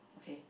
okay